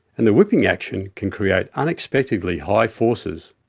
and the whipping action can create unexpectedly high forces.